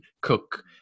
cook